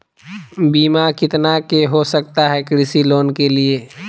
बीमा कितना के हो सकता है कृषि लोन के लिए?